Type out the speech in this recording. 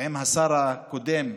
עם השר הקודם,